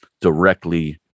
directly